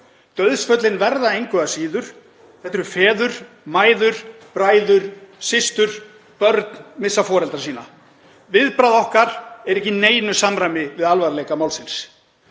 Dauðsföllin verða engu að síður. Þetta eru feður, mæður, bræður og systur. Börn missa foreldra sína. Viðbragð okkar er ekki í neinu samræmi við alvarleika málsins.